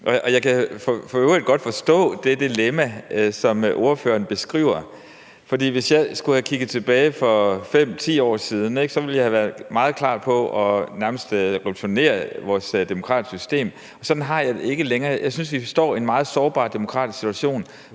Jeg kan i øvrigt godt forstå det dilemma, som ordføreren beskriver. For hvis jeg skulle kigge tilbage til for 5-10 år siden, ville jeg have været meget klar på nærmest at revolutionere vores demokratiske system, og sådan har jeg det ikke længere. Jeg synes, vi står en i meget sårbar demokratisk situation,